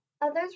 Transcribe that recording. Others